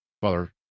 father